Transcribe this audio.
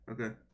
Okay